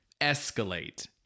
escalate